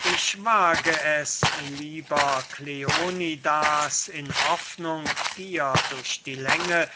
ich wage es lieber kleonidas in hoffnung dir durch die länge